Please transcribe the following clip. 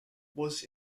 was